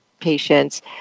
patients